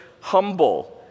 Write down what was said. humble